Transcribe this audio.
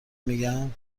میگن